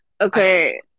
okay